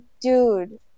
dude